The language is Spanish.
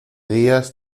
días